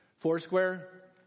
Foursquare